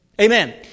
Amen